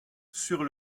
sur